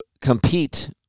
compete